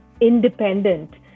independent